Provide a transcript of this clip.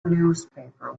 newspaper